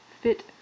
fit